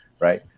right